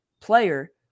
player